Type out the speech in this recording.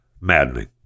Maddening